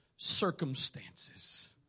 Circumstances